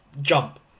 jump